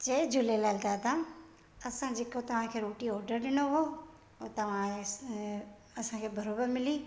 जय झूलेलाल दादा असां जेको तव्हांखे रोटी ऑडर ॾिनो हुओ हो तव्हां असांखे बराबरि मिली